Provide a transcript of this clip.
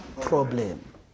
problem